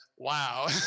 wow